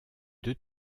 deux